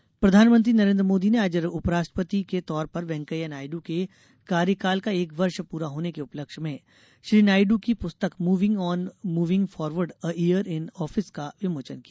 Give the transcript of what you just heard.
उपराष्ट्रपति प्रधानमंत्री नरेन्द्र मोदी ने आज उपराष्ट्रपति के तौर पर वेंकैया नायड् के कार्यकाल का एक वर्ष पूरा होने के उपलक्ष्य में श्री नायडू की पुस्तक moving on moving forward a year in office का विमोचन किया